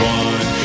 one